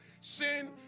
Sin